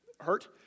hurt